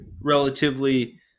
relatively